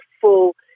full